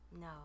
No